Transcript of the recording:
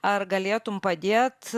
ar galėtum padėt